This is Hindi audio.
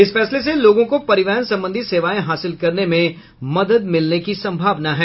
इस फैसले से लोगों को परिवहन सम्बंधी सेवाएं हासिल करने में मदद मिलने की सम्भावना है